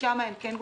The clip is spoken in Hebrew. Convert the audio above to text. כללית מושלם.